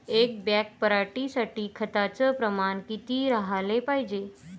एक बॅग पराटी साठी खताचं प्रमान किती राहाले पायजे?